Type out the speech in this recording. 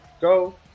go